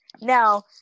Now